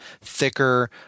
thicker